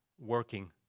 working